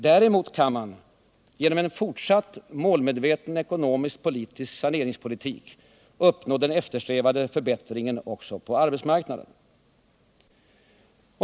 Däremot kan man genom ett fortsatt målmedvetet ekonomiskt-politiskt saneringsarbete uppnå den eftersträvade förbättringen också på arbetsmarknaden.